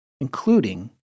including